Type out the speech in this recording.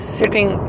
sitting